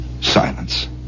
Silence